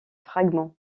fragment